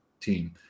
team